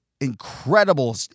incredible